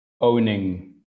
owning